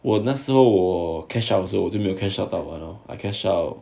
我那时候我 cash out 的时候我就没有 cash out 到完 lor I cash out